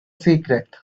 secret